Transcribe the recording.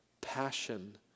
passion